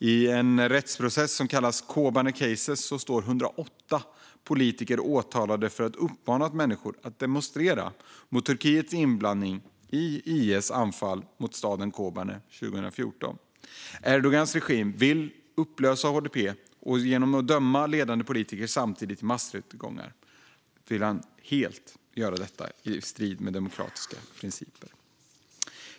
I en rättsprocess som kallas Kobane case står 108 politiker åtalade för att ha uppmanat människor att demonstrera mot Turkiets inblandning i IS anfall mot staden Kobane 2014. Erdogans regim vill upplösa HDP genom att döma ledande politiker i massrättegångar helt i strid med demokratiska principer.